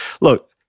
look